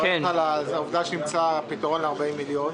העובדה שנמצא פתרון ל-40 מיליון.